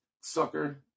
sucker